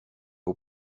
aux